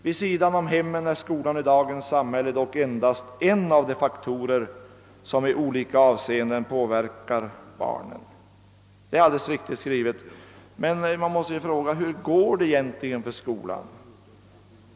Vid sidan om hemmen är skolan i dagens samhälle dock endast en av de faktorer, som i olika avseenden påverkar barnen.» Det är alldeles riktigt. Men man måste fråga sig: Hur går det egentligen för skolan?